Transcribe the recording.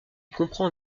comprend